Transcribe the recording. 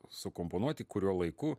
suakomponuoti kuriuo laiku